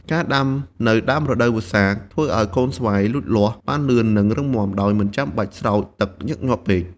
ការដាំនៅដើមរដូវវស្សា ធ្វើឲ្យកូនស្វាយលូតលាស់បានលឿន និងរឹងមាំ ដោយមិនចាំបាច់ស្រោចទឹកញឹកញាប់ពេក។